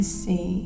see